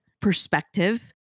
perspective